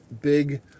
big